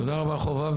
תודה רבה, חובב.